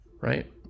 right